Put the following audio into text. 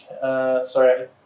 sorry